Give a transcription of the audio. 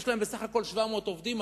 יש להם בסך הכול 700 עובדים,